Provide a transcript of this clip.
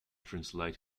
translate